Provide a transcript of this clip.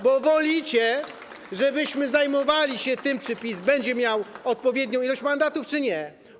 Bo wolicie, żebyśmy zajmowali się tym, czy PiS będzie miał odpowiednią ilość mandatów, czy nie.